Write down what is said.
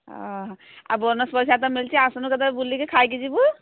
ଓଃ ଆଉ ବୋନସ୍ ପିଇସା ତ ମିଳିଛି ଆସୁନୁ କେତେବେଳେ ବୁଲିକି ଖାଇକି ଯିବୁୁ